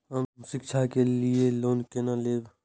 हम शिक्षा के लिए लोन केना लैब?